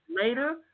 later